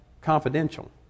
confidential